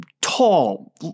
tall